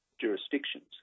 jurisdictions